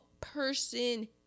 person